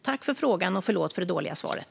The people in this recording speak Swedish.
Tack för frågan, och förlåt för det dåliga svaret!